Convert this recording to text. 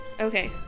Okay